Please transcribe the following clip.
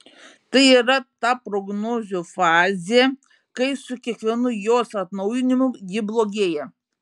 tai yra ta prognozių fazė kai su kiekvienu jos atnaujinimu ji blogėja